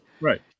Right